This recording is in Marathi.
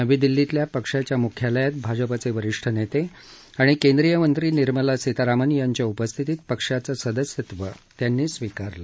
नवी दिल्लीतल्या पक्षाच्या म्ख्यालयात भाजपाचे वरीष्ठ नेता आणि केंद्रीय मंत्री निर्मला सीतारामन यांच्या उपस्थितीत पक्षाचं सदस्यत्व स्वीकारलं